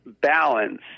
balance